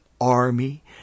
army